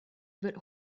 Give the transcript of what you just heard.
but